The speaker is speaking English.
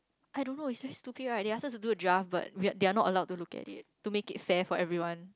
I don't know it's very stupid right they ask us to do a draft but they're not allowed to look at it to make it fair for everyone